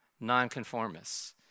nonconformists